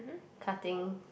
cutting